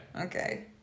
Okay